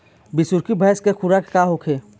बिसुखी भैंस के खुराक का होखे?